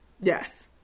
yes